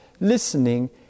listening